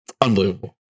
Unbelievable